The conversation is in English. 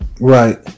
Right